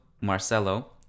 Marcelo